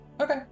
Okay